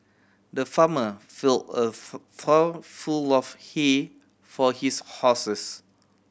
the farmer fill a trough full of he for his horses